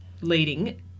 leading